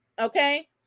Okay